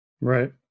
right